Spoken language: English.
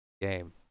game